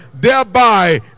Thereby